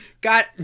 got